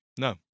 No